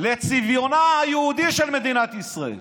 לצביונה היהודי של מדינת ישראל.